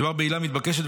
מדובר בעילה מתבקשת,